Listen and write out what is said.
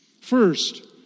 First